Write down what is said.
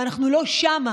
ואנחנו לא שם.